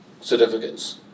certificates